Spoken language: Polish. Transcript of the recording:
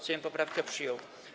Sejm poprawkę przyjął.